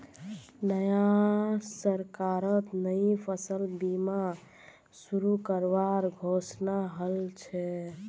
नया सरकारत नई फसल बीमा शुरू करवार घोषणा हल छ